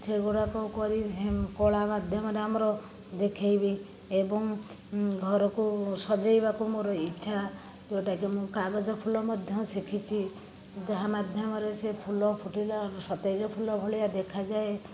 ସେଗୁଡ଼ାକ କରି ସେ କଳା ମାଧ୍ୟମରେ ଆମର ଦେଖାଇବି ଏବଂ ଘରକୁ ସଜାଇବାକୁ ମୋର ଇଚ୍ଛା ଯେଉଁଟାକି ମୁଁ କାଗଜ ଫୁଲ ମଧ୍ୟ ଶିଖିଛି ଯାହା ମାଧ୍ୟମରେ ସେ ଫୁଲ ଫୁଟିଲା ସତେଜ ଫୁଲ ଭଳିଆ ଦେଖାଯାଏ